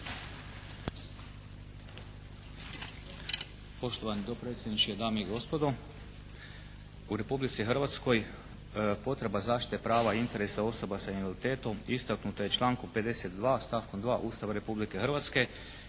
Poštovani dopredsjedniče, dame i gospodo. U Republici Hrvatskoj potreba zaštite prava i interesa osoba sa invaliditetom istaknuta je u članku 52. stavkom 2. Ustava Republike Hrvatske